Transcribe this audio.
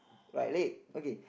right leg okay